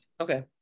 Okay